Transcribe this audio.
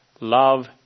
Love